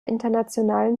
internationalen